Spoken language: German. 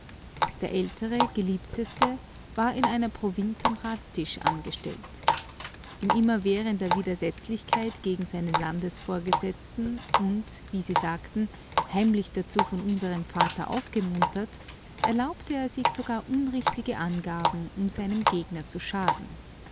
der ältere geliebteste war in einer provinz am ratstisch angestellt in immerwährender widersetzlichkeit gegen seinen landesvorgesetzten und wie sie sagten heimlich dazu von unserem vater aufgemuntert erlaubte er sich sogar unrichtige angaben um seinem gegner zu schaden